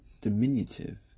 Diminutive